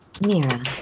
Mira